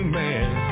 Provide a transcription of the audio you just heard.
man